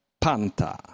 panta